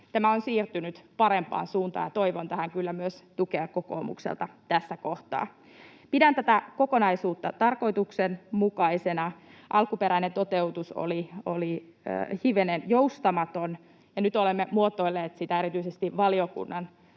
tämä on siirtynyt parempaan suuntaan. Toivon tähän kyllä myös tukea kokoomukselta tässä kohtaa. Pidän tätä kokonaisuutta tarkoituksenmukaisena. Alkuperäinen toteutus oli hivenen joustamaton, ja nyt olemme muotoilleet sitä erityisesti valiokunnan